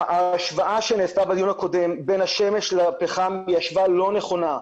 ההשוואה שנעשתה בדיון הקודם בין השמש לפחם היא השוואה לא נכונה.